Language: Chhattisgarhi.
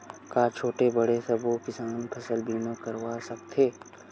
का छोटे बड़े सबो किसान फसल बीमा करवा सकथे?